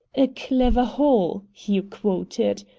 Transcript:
a clever haul he quoted.